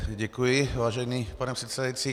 Děkuji, vážený pane předsedající.